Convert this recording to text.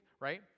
right